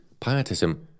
pietism